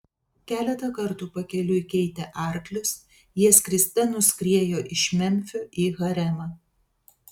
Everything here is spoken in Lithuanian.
keletą kartų pakeliui keitę arklius jie skriste nuskriejo iš memfio į haremą